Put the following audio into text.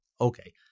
okay